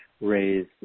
raise